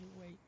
wait